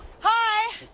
Hi